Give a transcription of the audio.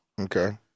Okay